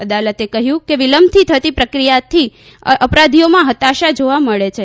અદાલતે કહ્યં કે વિલંબથી થતી પ્રક્રિયાતી અપરાધીઓમાં હતાશા જોવા મળે છે